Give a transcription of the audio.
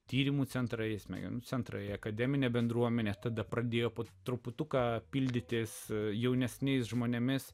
tyrimo centrai smegenų centrai akademinė bendruomenė tada pradėjo po truputuką pildytis jaunesniais žmonėmis